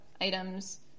items